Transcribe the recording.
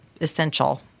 essential